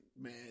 man